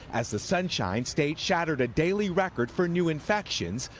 as the sunshine state shattered a daily record for new infections,